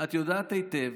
את יודעת היטב